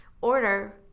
order